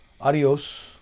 adios